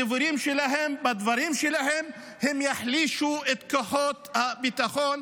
בדברים שלהם יחלישו את כוחות הביטחון.